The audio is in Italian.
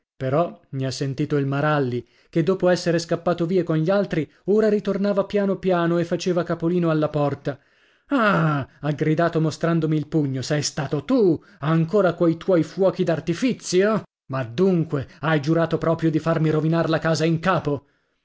però mi ha sentito il maralli che dopo essere scappato via con gli altri ora ritornava piano piano e faceva capolino alla porta ah ha gridato mostrandomi il pugno sei stato tu ancora coi tuoi fuochi d'artifizio ma dunque hai giurato proprio di farmi rovinar la casa in capo